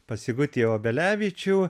pas sigutį obelevičių